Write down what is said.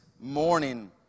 morning